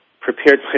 prepared